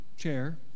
chair